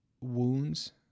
wounds